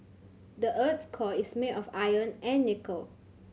the earth's core is made of iron and nickel